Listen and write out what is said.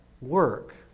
work